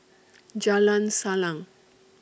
Jalan Salang